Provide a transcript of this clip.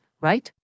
right